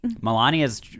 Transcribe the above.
melania's